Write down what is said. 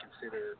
consider